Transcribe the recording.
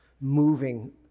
moving